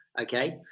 okay